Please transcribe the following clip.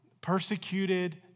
persecuted